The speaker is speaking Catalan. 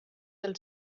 del